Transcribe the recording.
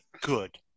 Good